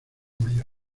mayor